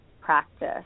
practice